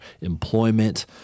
employment